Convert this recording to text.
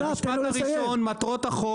המשפט הראשון מטרות החוק